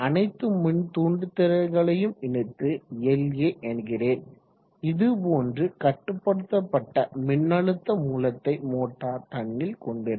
அனைத்து மின்தூண்டுதிறன்களையும் இணைத்து La என்கிறேன் இதுபோன்று கட்டுப்படுத்தப்பட்ட மின்னழுத்த மூலத்தை மோட்டார் தன்னில் கொண்டிருக்கும்